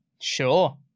Sure